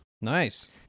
Nice